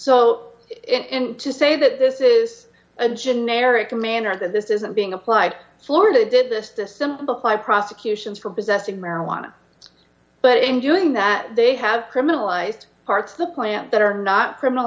so in to say that this is an generic a manner that this isn't being applied florida did this to simplify prosecutions for possessing marijuana but in doing that they have criminalized parts of the plant that are not criminal